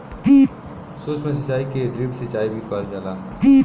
सूक्ष्म सिचाई के ड्रिप सिचाई भी कहल जाला